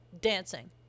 Dancing